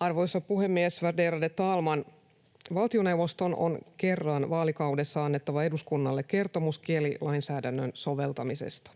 Arvoisa puhemies, värderade talman! Valtioneuvoston on kerran vaalikaudessa annettava eduskunnalle kertomus kielilainsäädännön soveltamisesta.